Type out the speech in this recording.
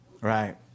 Right